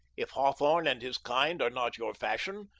if hawthorne and his kind are not your fashion,